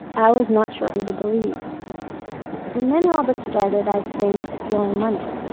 i was not sure who to believe and then robert started, i think, stealing money.